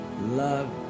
love